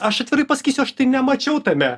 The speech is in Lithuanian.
aš atvirai pasakysiu aš tai nemačiau tame